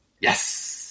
Yes